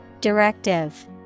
Directive